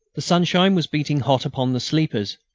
the sunshine was beating hot upon the sleepers,